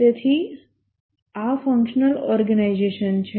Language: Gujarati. તેથી આ ફંક્શનલ ઓર્ગેનાઈઝેશન છે